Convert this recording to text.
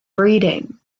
breeding